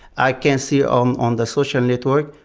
i can see on on the social network,